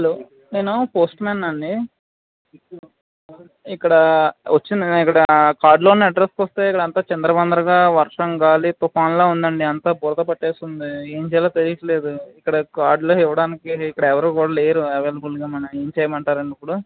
hello నేను postman అండి ఇక్కడ వచ్చింది ఇక్కడ కార్డులో ఉన్న అడ్రస్కి వస్తే ఇక్కడ అంత చందరవందరగా వర్షం గాలి తుఫాన్లా ఉందండి అంతా బురద పట్టేస్తుంది ఏం చేయలా తెలియట్లేదు ఇక్కడ కార్డులో ఇవ్వడానికి ఇక్కడ ఎవరు కూడా లేరు అవైలబుల్గా మరి ఏం చేయమంటారండి ఇప్పుడు